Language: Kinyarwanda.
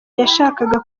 yashakaga